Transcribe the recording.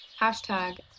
hashtag